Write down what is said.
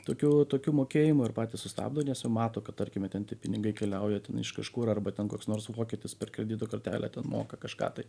tokių tokių mokėjimų ir patys sustabdo nes jau mato kad tarkime ten tie pinigai keliauja ten iš kažkur arba ten koks nors vokietis per kredito kortelę moka kažką tai